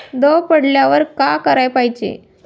दव पडल्यावर का कराच पायजे?